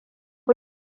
yi